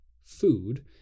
food